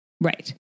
Right